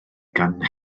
gan